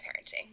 parenting